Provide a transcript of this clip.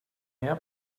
mehr